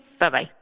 Bye-bye